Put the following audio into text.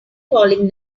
calling